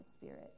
Spirit